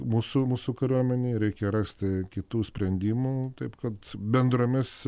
mūsų mūsų kariuomenei reikia rasti kitų sprendimų taip kad bendromis